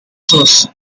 shows